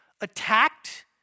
attacked